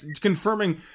confirming